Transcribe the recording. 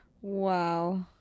Wow